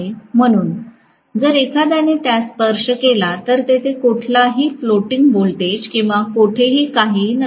म्हणून जर एखाद्याने त्यास स्पर्श केला तर तेथे कुठलाही फ्लोटिंग व्होल्टेज किंवा कोठेही काहीही नसेल